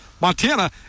Montana